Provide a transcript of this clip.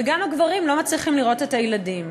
וגם הגברים לא מצליחים לראות את הילדים,